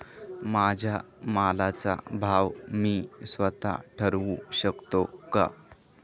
माझ्या मालाचा भाव मी स्वत: ठरवू शकते का?